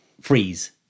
freeze